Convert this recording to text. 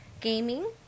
gaming